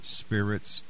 spirits